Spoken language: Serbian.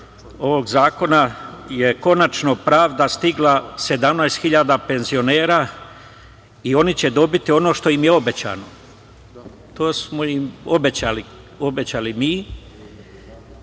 ovog zakona je konačno pravda stigla 17.000 penzionera i oni će dobiti ono što im je obećano. To smo im obećali mi i